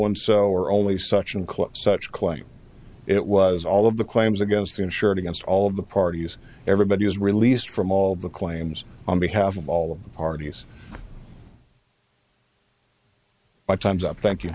and so are only such include such claims it was all of the claims against the insured against all of the parties everybody has released from all the claims on behalf of all of the parties by time's up thank you